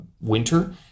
winter